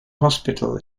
hospital